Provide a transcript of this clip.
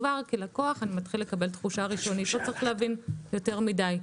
כבר כלקוח אני מקבל תחושה ראשונית שהוא לא צריך להבין יותר מדי.